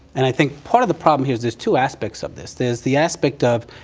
and i think part of the problem here is, there's two aspects of this there's the aspect of,